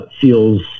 feels